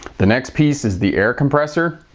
the next piece is the air compressor.